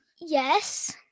yes